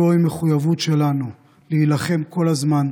זו המחויבות שלנו להילחם כל הזמן,